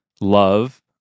love